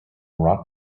rock